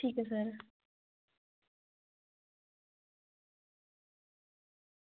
ठीक ऐ सर